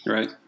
Right